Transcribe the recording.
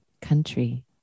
country